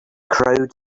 crowd